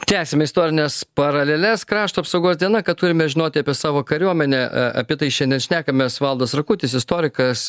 tęsiam istorines paraleles krašto apsaugos diena ką turime žinoti apie savo kariuomenę apie tai šiandien šnekamės valdas rakutis istorikas